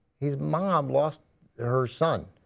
his mom lost her son.